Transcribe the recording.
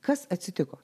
kas atsitiko